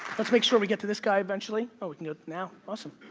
let's make sure we get to this guy eventually. oh we can go now, awesome.